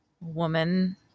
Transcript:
woman